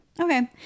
Okay